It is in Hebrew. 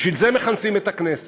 בשביל זה מכנסים את הכנסת,